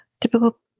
Typical